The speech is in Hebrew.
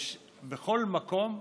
בכל מקום,